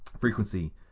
frequency